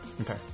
Okay